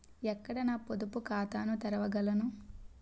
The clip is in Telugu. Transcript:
ఎక్కడ నా పొదుపు ఖాతాను తెరవగలను?